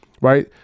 right